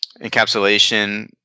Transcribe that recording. encapsulation